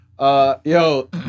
Yo